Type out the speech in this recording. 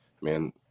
man